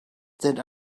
that